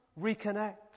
reconnect